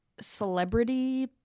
celebrity